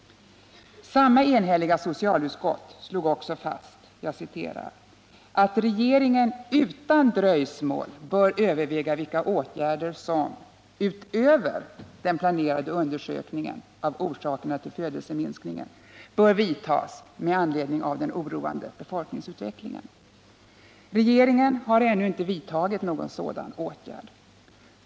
Samma enhälliga socialutskott slog också fast ”att regeringen utan dröjsmål bör överväga vilka åtgärder som — utöver den planerade undersökningen av orsakerna till födelseminskningen — bör vidtas med anledning av den oroande befolkningsutvecklingen”. Regeringen har ännu inte vidtagit någon sådan åtgärd.